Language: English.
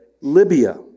Libya